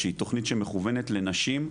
שהיא תכנית שמכוונת לנשים,